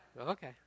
Okay